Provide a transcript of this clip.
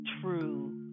true